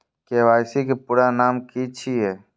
KYC के पूरा नाम की छिय?